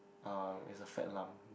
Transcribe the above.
uh it's a fat lump